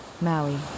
Maui